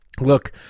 Look